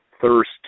thirst